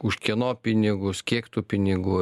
už kieno pinigus kiek tų pinigų